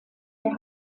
der